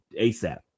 ASAP